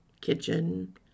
kitchen